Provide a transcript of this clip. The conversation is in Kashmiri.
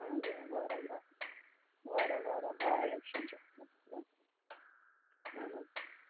اَہَن حظ واراہ وار واراہ واراہ ہارڑ ایٚکشَن چھِ اَتھ منٛز یِوان اہَن حظ